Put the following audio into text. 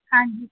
ਹਾਂਜੀ